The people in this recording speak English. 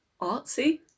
artsy